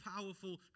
powerful